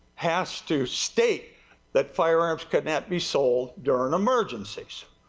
has to state that firearms cannot be sold during emergencies.